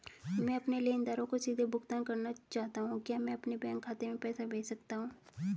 मैं अपने लेनदारों को सीधे भुगतान करना चाहता हूँ क्या मैं अपने बैंक खाते में पैसा भेज सकता हूँ?